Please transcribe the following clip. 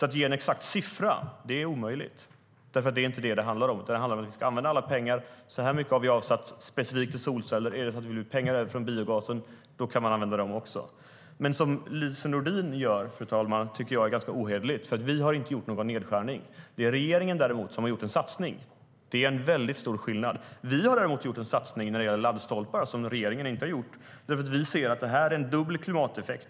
Att ge en exakt siffra är omöjligt, för det är inte det som det handlar om. Det handlar om att vi ska använda alla pengar. Vi har avsatt pengar specifikt till solceller. Är det så att det blir pengar över från biogasen kan man använda dem också. Det som Lise Nordin gör, fru talman, tycker jag är ganska ohederligt. Vi har inte gjort någon nedskärning. Däremot har regeringen gjort en satsning. Det är en väldigt stor skillnad. Vi har för vår del gjort en satsning på laddstolpar som regeringen inte gjort. Vi ser nämligen att detta ger dubbel effekt.